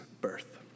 birth